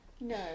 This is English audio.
No